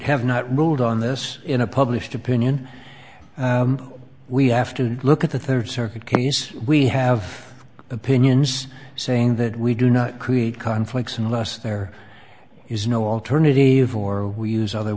have not ruled on this in a published opinion we have to look at the third circuit keys we have opinions saying that we do not create conflicts unless there is no alternative or we use other